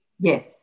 Yes